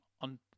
on